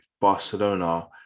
Barcelona